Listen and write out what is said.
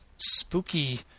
spooky